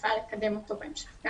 נפעל לקדם אותו גם בהמשך.